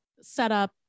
setup